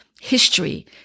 history